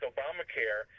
Obamacare